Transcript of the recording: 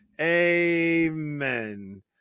Amen